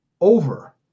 over